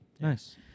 Nice